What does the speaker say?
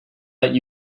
let